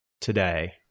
today